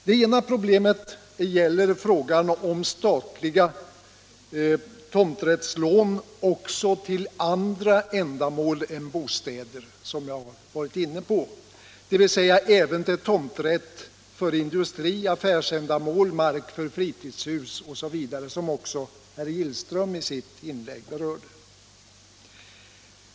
Det ena problemet gäller något som jag redan varit inne på och som också herr Gillström berörde i sitt inlägg, nämligen frågan om statliga tomträttslån också till andra ändamål än bostäder, dvs. även till tomträtt för industri, affärsändamål, mark för fritidshus osv.